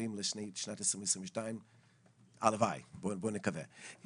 חשמליים לשנת 2022. הלוואי, בואו נקווה.